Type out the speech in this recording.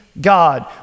God